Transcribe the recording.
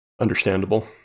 Understandable